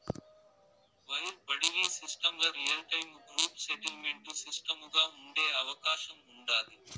wire బడిలీ సిస్టమ్ల real time gross settlement సిస్టముగా ఉండే అవకాశం ఉండాది